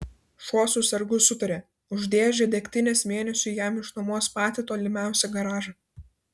šuo su sargu sutarė už dėžę degtinės mėnesiui jam išnuomos patį tolimiausią garažą